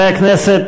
חברי הכנסת,